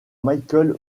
michael